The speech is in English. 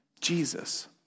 Jesus